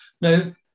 now